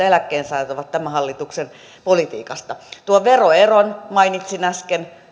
eläkkeensaajat ovat tämän hallituksen politiikasta tuon veroeron mainitsin äsken